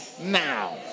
now